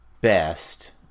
best